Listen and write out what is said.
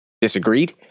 disagreed